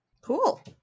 Cool